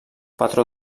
patró